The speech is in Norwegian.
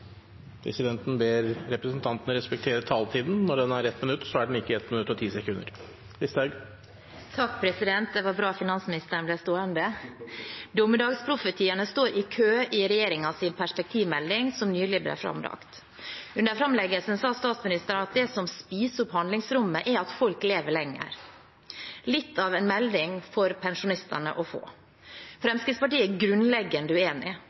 Presidenten ber representantene respektere taletiden. Når den er 1 minutt, er den ikke 1 minutt og 10 sekunder. Det var bra finansministeren ble stående. Dommedagsprofetiene står i kø i regjeringens perspektivmelding, som nylig ble framlagt. Under framleggelsen sa statsministeren at det som spiser opp handlingsrommet, er at folk lever lenger – litt av en melding for pensjonistene å få. Fremskrittspartiet er grunnleggende uenig: